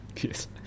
Yes